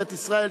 בית-ישראל,